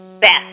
best